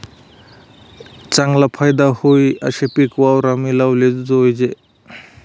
चागला फायदा व्हयी आशे पिक वावरमा लावाले जोयजे